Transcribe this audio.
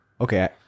okay